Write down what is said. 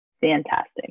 fantastic